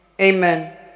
Amen